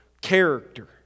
character